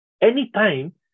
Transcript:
Anytime